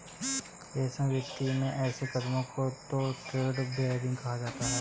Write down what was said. रमेश वित्तीय में ऐसे कदमों को तो ट्रेड बैरियर कहते हैं